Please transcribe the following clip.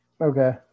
Okay